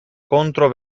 contro